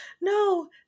no